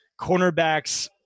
cornerbacks